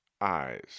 eyes